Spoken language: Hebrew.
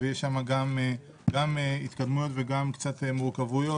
ויש שם גם התקדמויות וגם קצת מורכבויות